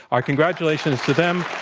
our congratulations to them.